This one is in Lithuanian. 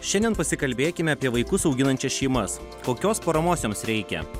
šiandien pasikalbėkime apie vaikus auginančias šeimas kokios paramos joms reikia